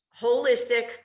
holistic